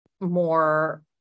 more